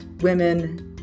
women